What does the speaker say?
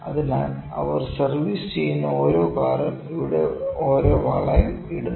അതിനാൽ അവർ സർവീസ് ചെയ്യുന്ന ഓരോ കാറും ഇവിടെ ഒരു വളയം ഇടുന്നു